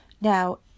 Now